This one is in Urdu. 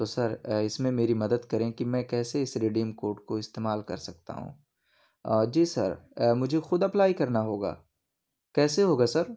تو سر اس میں میری مدد کریں کہ میں کیسے اس رڈیم کوڈ کو استعمال کر سکتا ہوں جی سر مجھے خود اپلائی کرنا ہوگا کیسے ہوگا سر